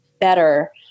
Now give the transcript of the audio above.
better